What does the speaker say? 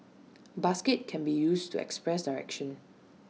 basket can be used to express direction